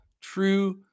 true